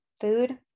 food